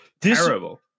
terrible